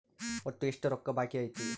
ಒಟ್ಟು ಎಷ್ಟು ರೊಕ್ಕ ಬಾಕಿ ಐತಿ?